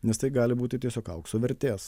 nes tai gali būti tiesiog aukso vertės